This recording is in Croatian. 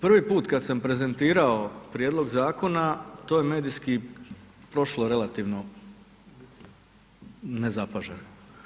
Prvi put kada sam prezentirao prijedlog zakona to je medijski prošlo relativno nezapaženo.